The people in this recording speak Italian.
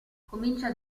comincia